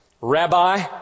Rabbi